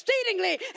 exceedingly